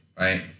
right